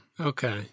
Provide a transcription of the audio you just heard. Okay